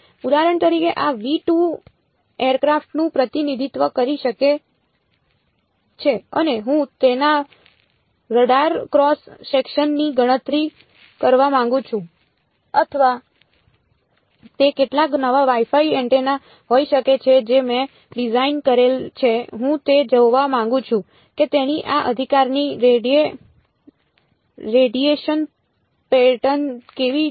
ઉદાહરણ તરીકે આ એરક્રાફ્ટનું પ્રતિનિધિત્વ કરી શકે છે અને હું તેના રડાર ક્રોસ સેક્શનની ગણતરી કરવા માંગુ છું અથવા તે કેટલાક નવા Wi Fi એન્ટેના હોઈ શકે છે જે મેં ડિઝાઇન કરેલ છે હું તે જોવા માંગુ છું કે તેની આ અધિકારની રેડિયેશન પેટર્ન કેવી છે